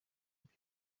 ibyo